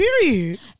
Period